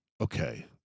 okay